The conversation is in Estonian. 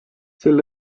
sel